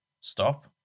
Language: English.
Stop